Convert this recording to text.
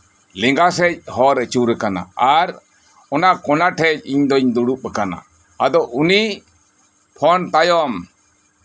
ᱞᱮᱸᱜᱟ ᱥᱮᱫ ᱦᱚᱨ ᱟᱹᱪᱩᱨ ᱠᱟᱱᱟ ᱟᱨ ᱚᱱᱟ ᱠᱚᱱᱟ ᱴᱷᱮᱱ ᱤᱧ ᱫᱩᱧ ᱫᱩᱲᱩᱵᱽ ᱟᱠᱟᱱᱟ ᱟᱫᱚ ᱩᱱᱤ ᱯᱷᱳᱱ ᱛᱟᱭᱚᱢ